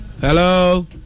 Hello